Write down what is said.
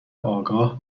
آگاه